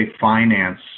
finance